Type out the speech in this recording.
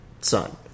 son